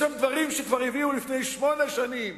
יש שם דברים שהביאו כבר לפני שמונה שנים